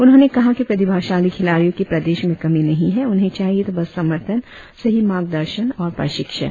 उन्होंने कहा कि प्रतिभाशाली खिलाड़ियों की प्रदेश में कमी नहीं है उन्हें चाहिए तो बस समर्थन सही मार्गदर्शन और प्रशिक्षण